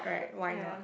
ya